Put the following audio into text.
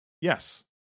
Yes